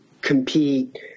compete